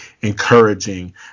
encouraging